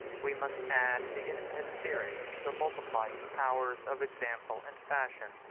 we must add the infinite series, the multiplying powers, of example and fashion.